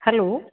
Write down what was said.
hello